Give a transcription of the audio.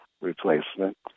Replacement